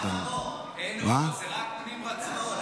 אין או-או, רק את פנים רצו.